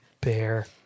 Bear